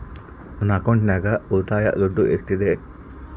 ನನ್ನ ಅಕೌಂಟಿನಾಗ ಉಳಿತಾಯದ ದುಡ್ಡು ಎಷ್ಟಿದೆ?